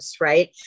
right